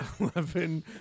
Eleven